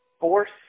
force